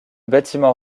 bâtiment